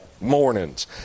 mornings